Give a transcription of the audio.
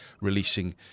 releasing